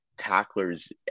tacklers